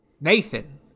Nathan